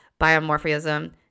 biomorphism